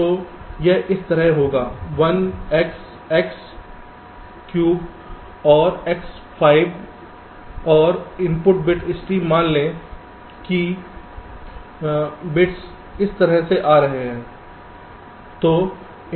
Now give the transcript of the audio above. तो यह इस तरह होगा 1 x x घन और x 5 और इनपुट बिट स्ट्रीम मान लें कि बिट्स इस तरह आ रहे हैं